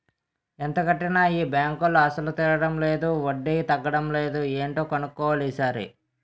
ఎంత కట్టినా ఈ బాంకులో అసలు తీరడం లేదు వడ్డీ తగ్గడం లేదు ఏటో కన్నుక్కోవాలి ఈ సారి